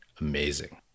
amazing